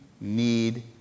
need